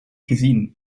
gezien